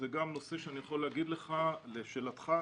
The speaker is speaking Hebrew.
לשאלתך,